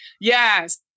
Yes